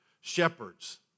shepherds